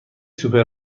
سوپر